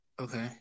Okay